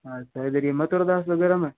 हाँ मथुरदास वगैरह में